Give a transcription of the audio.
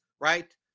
Right